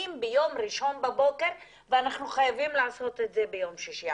ביום ראשון בבוקר ואנחנו חייבים לעשות את זה ביום שישי.